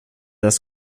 das